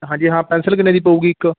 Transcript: ਹਾਂਜੀ ਹਾਂ ਪੈਂਨਸਿਲ ਕਿੰਨੇ ਦੀ ਪਊਗੀ ਇੱਕ